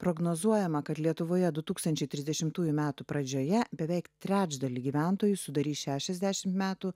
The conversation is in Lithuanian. prognozuojama kad lietuvoje du tukstančia trisdešimtųjų metų pradžioje beveik trečdalį gyventojų sudarys šešiasdešimt metų